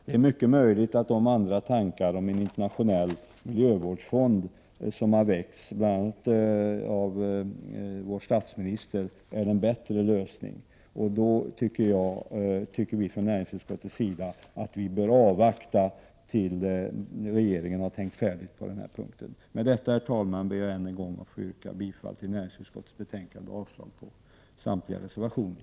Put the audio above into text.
Det är mycket möjligt att tanken på en internationell miljövårdsfond, som har väckts av bl.a. andra vår statsminister, är en bättre lösning. Då tycker vi från utskottets sida att vi bör avvakta till dess att regeringen har tänkt färdigt på den här punkten. Med detta, herr talman, ber jag att få yrka bifall till utskottets hemställan och avslag på samtliga reservationer.